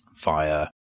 via